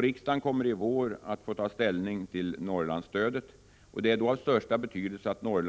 Riksdagen kommer i vår att få ta ställning till Norrlandsstödet. Det är då av största betydelse att utformningen av och nivån